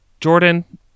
Jordan